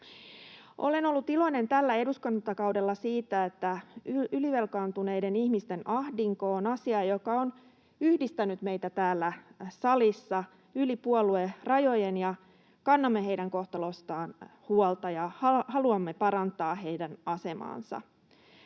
Olen ollut iloinen tällä eduskuntakaudella siitä, että ylivelkaantuneiden ihmisten ahdinko on asia, joka on yhdistänyt meitä täällä salissa yli puoluerajojen, ja kannamme heidän kohtalostaan huolta ja haluamme parantaa heidän asemaansa.